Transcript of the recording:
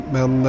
Men